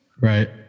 right